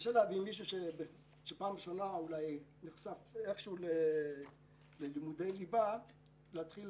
קשה להביא מישהו שבפעם ראשונה נחשף ללימודי ליבה להתחיל